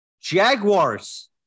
Jaguars